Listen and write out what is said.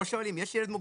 לא שואלים יש ילד מוגבל,